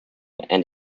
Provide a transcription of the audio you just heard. and